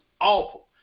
awful